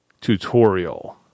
tutorial